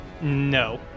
No